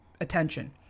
attention